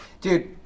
Dude